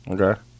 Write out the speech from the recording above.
Okay